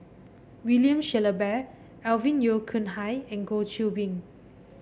William Shellabear Alvin Yeo Khirn Hai and Goh Qiu Bin